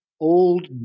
old